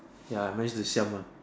ya I manage to siam mah